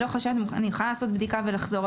אני יכולה לעשות בדיקה ולחזור.